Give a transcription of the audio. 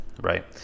right